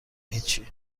هیچی